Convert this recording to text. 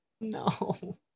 No